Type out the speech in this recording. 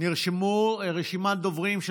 נרשמו דוברים.